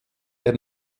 der